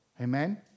Amen